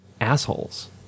assholes